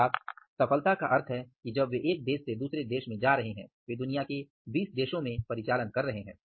अर्थात सफलता का अर्थ है कि जब वे एक देश से दूसरे देश में जा रहे हैं वे दुनिया के 20 देशों में परिचालन कर रहे हैं